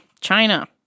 china